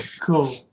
cool